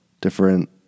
different